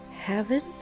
heaven